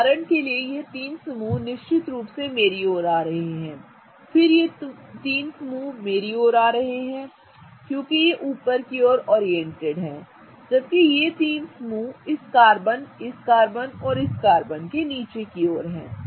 उदाहरण के लिए ये तीन समूह निश्चित रूप से मेरी ओर आ रहे हैं फिर ये तीन समूह मेरी ओर आ रहे हैं क्योंकि ये ऊपर की ओर ओरिएंटेड हैं जबकि ये तीन समूह इस कार्बन इस कार्बन और इस कार्बन के नीचे की ओर हैं